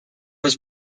was